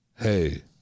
hey